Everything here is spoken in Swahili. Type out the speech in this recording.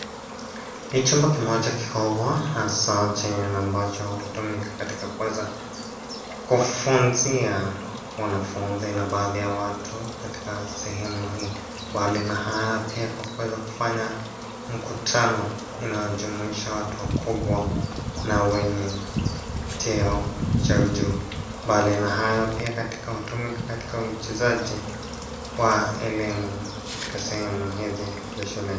Ni chumba kimoja kikubwa hasaa chengine ambacho hutumika katika kuweza, kufunzia, wanafunzi na baadhi ya watu katika sehemu hii, mbali na haya pia kwa kuweza kufanya, mkutano, unaojumuisha watu wakubwa, na wenye, cheo, chao juu, mbali na hayo pia katika hutumika katika uchezaji, wa elimu, katika sehemu hizi za shule.